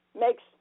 makes